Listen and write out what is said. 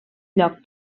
lloc